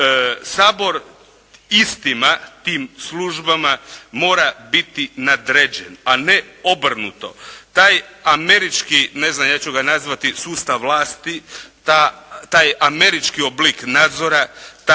Sabor istima, tim službama mora biti nadređen, a ne obrnuto. Taj američki ne znam ja ću ga nazvati sustav vlasti, taj američki oblik nadzora,